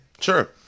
Sure